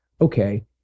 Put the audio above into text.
okay